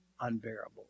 unbearable